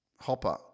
Hopper